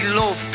love